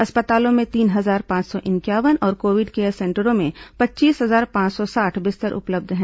अस्पतालों में तीन हजार पांच सौ इंक्यावन और कोविड केयर सेंटरों में पच्चीस हजार पांच सौ साठ बिस्तर उपलब्ध हैं